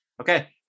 Okay